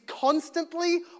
constantly